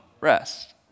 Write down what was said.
rest